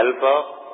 help